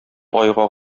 айга